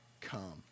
come